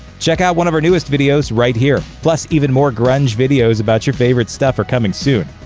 check out one of our newest videos right here! plus, even more grunge videos about your favorite stuff are coming soon.